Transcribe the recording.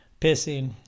pissing